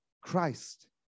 Christ